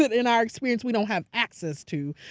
but in our experience, we don't have access to.